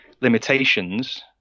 limitations